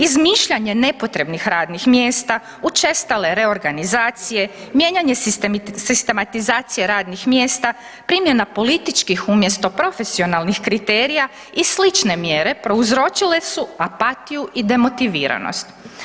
Izmišljanje nepotrebnih radnih mjesta, učestale reorganizacije, mijenjanje sistematizacije radnih mjesta, primjena političkih umjesto profesionalnih kriterija i slične mjere prouzročile su apatiju i demotiviranost.